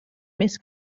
més